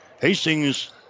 Hastings